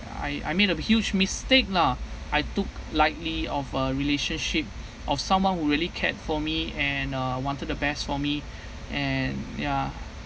I I made a huge mistake lah I took lightly of a relationship of someone who really cared for me and uh wanted the best for me and ya